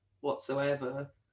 whatsoever